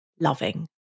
loving